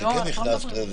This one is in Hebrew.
אם זה כן נכנס לזה,